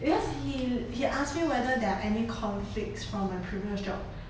because he he asked me whether there are any conflicts from my previous job